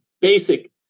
basic